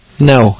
No